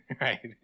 Right